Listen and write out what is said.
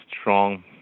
strong